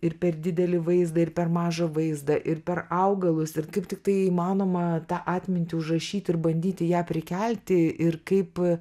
ir per didelį vaizdą ir per mažą vaizdą ir per augalus ir kaip tiktai įmanoma tą atmintį užrašyt ir bandyti ją prikelti ir kaip